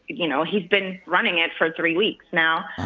you know, he's been running it for three weeks now.